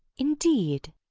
indeed!